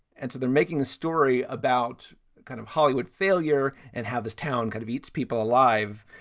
and so they're making a story about kind of hollywood failure and how this town kind of eats people alive.